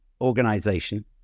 organization